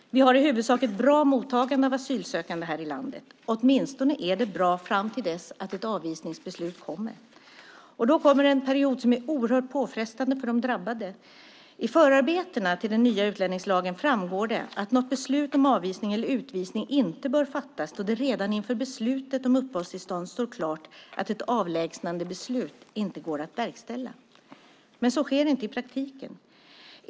Vi har i huvudsak ett bra mottagande av asylsökande här i landet. Åtminstone är det bra fram till dess att ett avvisningsbeslut kommer. Då kommer en period som är oerhört påfrestande för de drabbade. I förarbetena till den nya utlänningslagen framgår det att något beslut om avvisning eller utvisning inte bör fattas då det redan inför beslutet om uppehållstillstånd står klart att ett avlägsnandebeslut inte går att verkställa. Men så sker inte i praktiken.